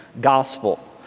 gospel